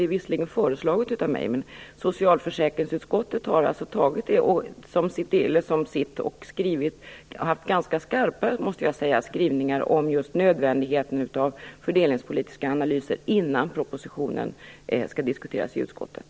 Det är visserligen föreslaget av mig, men socialförsäkringsutskottet har tagit detta förslag som sitt och har haft ganska skarpa skrivningar om just nödvändigheten av fördelningspolitiska analyser innan propositionen skall diskuteras i utskottet.